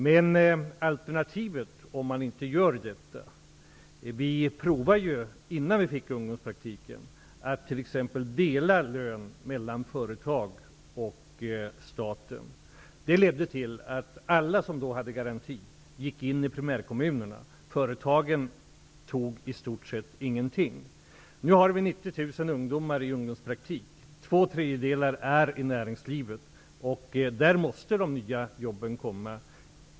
Innan ungdomspraktikplatserna infördes prövade vi att dela lönekostnaderna mellan företag och staten. Det ledde till att alla som då hade garantier gick in i primärkommunerna. Företagen tog i stort sett ingenting. Nu finns det 90 000 ungdomar ute på ungdomspraktik. Två tredjedelar finns i näringslivet. Där skapas de nya jobben.